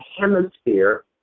hemisphere